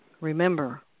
Remember